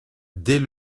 dès